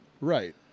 right